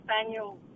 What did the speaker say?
spaniel